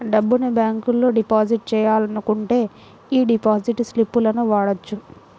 డబ్బును బ్యేంకులో డిపాజిట్ చెయ్యాలనుకుంటే యీ డిపాజిట్ స్లిపులను వాడొచ్చు